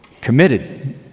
committed